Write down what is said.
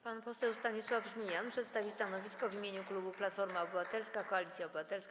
Pan poseł Stanisław Żmijan przedstawi stanowisko w imieniu klubu Platforma Obywatelska - Koalicja Obywatelska.